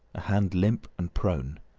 hand limp and prone.